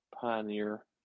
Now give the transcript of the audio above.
Pioneer